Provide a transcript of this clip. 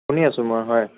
শুনি আছোঁ মই হয়